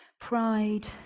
Pride